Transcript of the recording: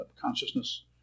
consciousness